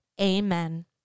Amen